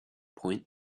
point